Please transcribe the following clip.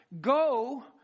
go